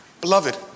Beloved